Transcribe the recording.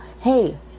hey